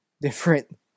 different